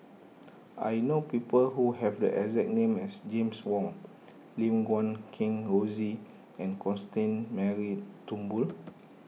I know people who have the exact name as James Wong Lim Guat Kheng Rosie and Constance Mary Turnbull